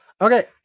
Okay